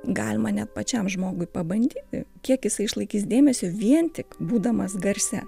galima net pačiam žmogui pabandyti kiek jisai išlaikys dėmesio vien tik būdamas garse